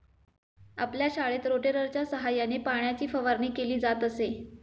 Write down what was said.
आपल्या शाळेत रोटेटरच्या सहाय्याने पाण्याची फवारणी केली जात असे